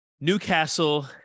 Newcastle